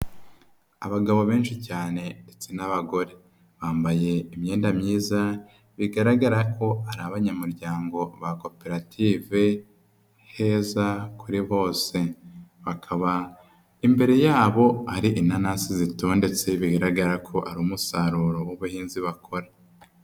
Abagabo benshi cyane ndetse n'abagore, bambaye imyenda myiza bigaragara ko ari abanyamuryango ba koperative heza kuri bose bakaba imbere yabo ari inanasi zitondetse bigaragara ko ari umusaruro w'ubuhinzi bakora.